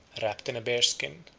wrapped in a bear-skin,